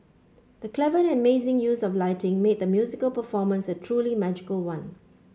the clever and amazing use of lighting made the musical performance a truly magical one